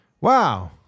Wow